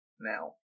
now